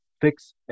fix